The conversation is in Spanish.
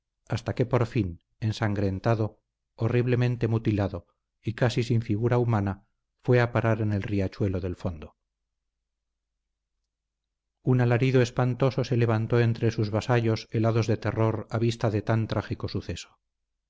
hasta que por fin ensangrentado horriblemente mutilado y casi sin figura humana fue a parar en el riachuelo del fondo un alarido espantoso se levantó entre sus vasallos helados de terror a vista de tan trágico suceso